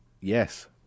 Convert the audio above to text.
Yes